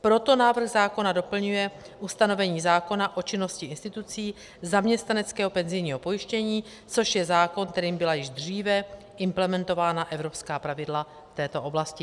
Proto návrh zákona doplňuje ustanovení zákona o činnosti institucí zaměstnaneckého penzijního pojištění, což je zákon, kterým byla již dříve implementována evropská pravidla v této oblasti.